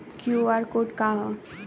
QR code का ह?